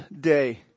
day